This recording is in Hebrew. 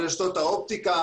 על רשתות האופטיקה.